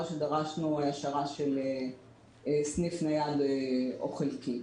שדרשנו השארה של סניף נייד או חלקי,